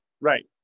Right